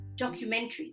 documentaries